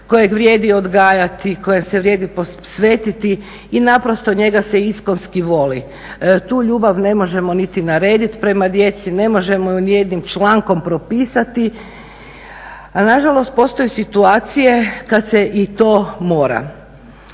kojeg vrijedi odgajati, kojem se vrijedi posvetiti i naprosto njega se iskonski voli. Tu ljubav ne možemo niti narediti prema djeci, ne možemo je ni jednim člankom propisati. A na žalost postoje situacije kad se i to mora.